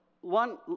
one